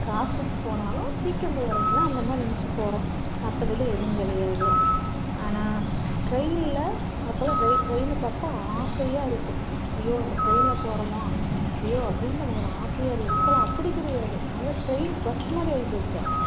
காசு கொடுத்து போனாலும் சீக்கிரம் போய் இறங்கிக்கலாம் அந்தமாதிரி நினச்சி போகறோம் மற்றபில்லு எதுவும் கிடையாது ஆனால் டிரெயினில் அப்போல்லாம் டிரெ டிரெயின்னு பார்த்தா ஆசையாக இருக்கும் ஐயோ இந்த டிரெயினில் போகறோமா ஐயோ அப்படின்னு நமக்கு ஒரு ஆசையாகருக்கு இப்போல்லாம் அப்படி கிடையாது நாமதான் டிரெயின் பஸ் மாதிரி ஆயிப்போச்சே